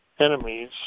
enemies